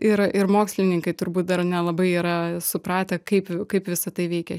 ir ir mokslininkai turbūt dar nelabai yra supratę kaip kaip visa tai veikia